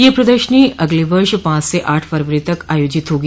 यह प्रदर्शनी अगले वर्ष पांच से आठ फरवरी तक आयोजित होगी